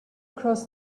across